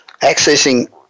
accessing